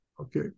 Okay